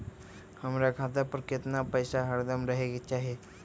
हमरा खाता पर केतना पैसा हरदम रहे के चाहि?